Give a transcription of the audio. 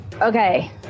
Okay